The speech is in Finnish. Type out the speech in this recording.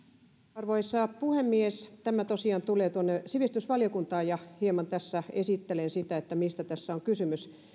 arvoisa puhemies tämä tosiaan tulee tuonne sivistysvaliokuntaan ja hieman tässä esittelen mistä tässä on kysymys